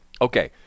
Okay